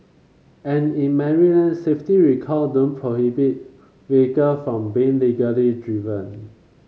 and in Maryland safety recall don't prohibit vehicle from being legally driven